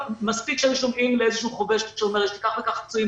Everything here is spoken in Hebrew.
מספיק שהיו שומעים איזשהו חובש שאומר: יש לי כך וכך פצועים,